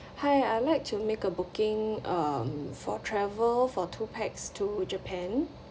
hi I like to make a booking um for travel for two pax to japan